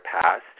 passed